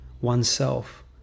oneself